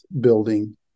Building